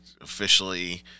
officially